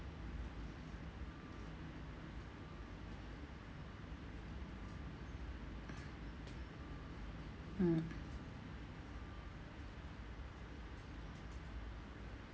mm